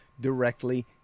directly